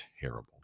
terrible